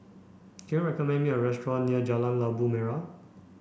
can you recommend me a restaurant near Jalan Labu Merah